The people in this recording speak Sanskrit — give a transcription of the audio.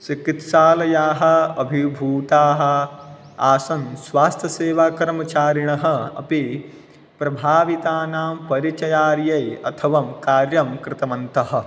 चिकित्सालयाः अभिभूताः आसन् स्वास्थ्यसेवाकर्मचारिणः अपि प्रभावितानां परिचयार्यै अथवा कार्यं कृतवन्तः